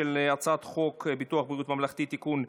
ההצעה להעביר את הצעת חוק ביטוח בריאות ממלכתי (תיקון,